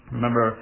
Remember